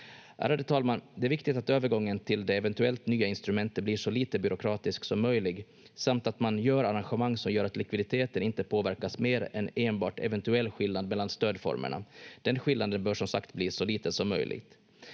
Ärade talman! Det är viktigt att övergången till det eventuella nya instrumentet blir så lite byråkratisk som möjligt samt att man gör arrangemang som gör att likviditeten inte påverkas mer än enbart eventuell skillnad mellan stödformerna. Den skillnaden bör som sagt bli så liten som möjligt.